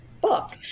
book